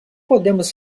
podemos